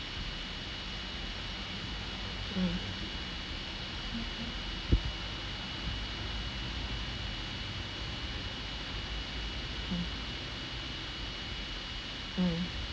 mm mm mm